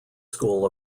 school